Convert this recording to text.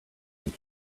and